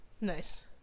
Nice